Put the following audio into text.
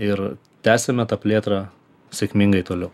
ir tęsiame tą plėtrą sėkmingai toliau